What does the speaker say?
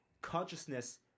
consciousness